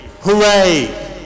hooray